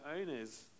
owners